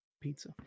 pizza